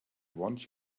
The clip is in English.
want